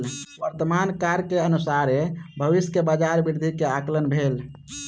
वर्तमान कार्य के अनुसारे भविष्य में बजार वृद्धि के आंकलन भेल